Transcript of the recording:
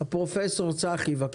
פרופ' צחי בירק, בבקשה.